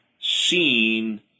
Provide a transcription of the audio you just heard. seen